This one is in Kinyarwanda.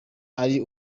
ari